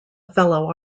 fellow